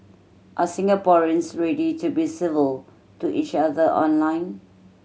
are Singaporeans ready to be civil to each other online